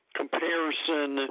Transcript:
comparison